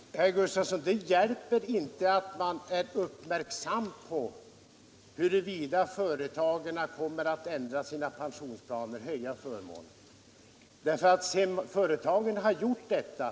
Herr talman! Ja, herr Gustafsson, men det hjälper inte att vara uppmärksam på att företagen kommer att ändra sina pensionsplaner och höja förmånerna. Vad händer sedan företagen har gjort detta?